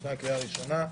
לפני הקריאה הראשונה.